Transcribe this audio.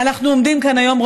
אנחנו עומדים כאן היום,